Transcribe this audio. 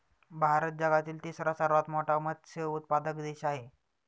भारत जगातील तिसरा सर्वात मोठा मत्स्य उत्पादक देश आहे